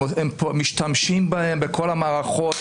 הם משתמשים בהם בכל המערכות.